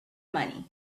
money